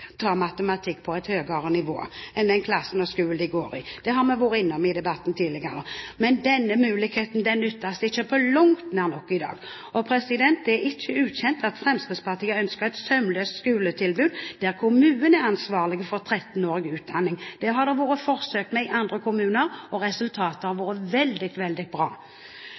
ta matematikk på et høyere nivå enn den klassen og skolen de går i. Det har vi vært innom i debatten tidligere. Men denne muligheten brukes ikke på langt nær nok i dag. Det er ikke ukjent at Fremskrittspartiet ønsker et sømløst skoletilbud der kommunene er ansvarlige for 13-årig utdanning. Det har det vært gjort forsøk med i andre kommuner, og resultatene har vært veldig, veldig bra.